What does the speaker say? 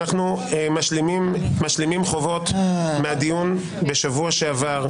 משלימים חובות מהדיון בשבוע שעבר.